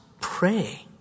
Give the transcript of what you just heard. pray